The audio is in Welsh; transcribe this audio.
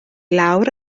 lawr